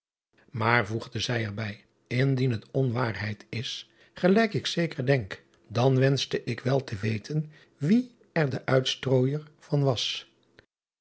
aar voegde zij er bij indien het onwaarheid is gelijk ik zeker denk dan wenschte ik wel te weten wie er de uitstrooijer van was